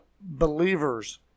believers